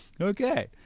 Okay